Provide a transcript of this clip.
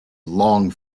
long